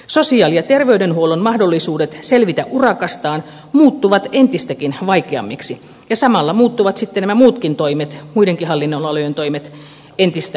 sosiaali ja terveydenhuollon mahdollisuudet selvitä urakastaan muuttuvat entistäkin vaikeammiksi ja samalla muuttuvat sitten nämä muutkin toimet muidenkin hallinnonalojen toimet entistä hankalammiksi